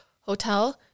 hotel